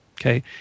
okay